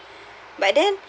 but then